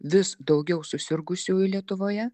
vis daugiau susirgusiųjų lietuvoje